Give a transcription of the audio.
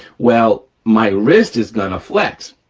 well, my wrist is gonna flex.